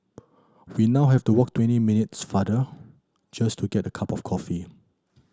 we now have to walk twenty minutes farther just to get a cup of coffee